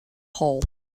hole